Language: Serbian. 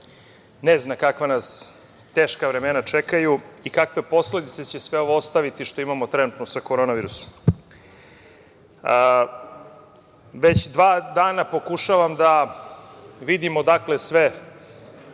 ne zna kakva nas teška vremena čekaju i kakve posledice će sve ovo ostaviti što imamo trenutno sa korona virusom. Već dva dana pokušavam da vidim odakle sve